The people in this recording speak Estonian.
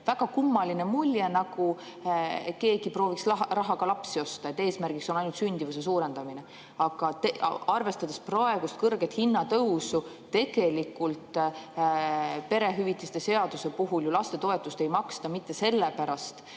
väga kummaline mulje, nagu keegi prooviks rahaga lapsi osta ja eesmärk on ainult sündimuse suurendamine. Aga arvestades praegust kõrget hinnatõusu, tegelikult perehüvitiste seaduse puhul ju lastetoetust ei maksta mitte sellepärast,